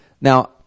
Now